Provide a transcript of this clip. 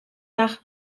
nach